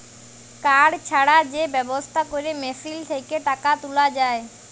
card ছাড়া যে ব্যবস্থা ক্যরে মেশিল থ্যাকে টাকা তুলা যায়